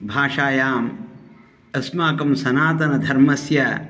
भाषायाम् अस्माकं सनातनधर्मस्य